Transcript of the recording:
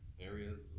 areas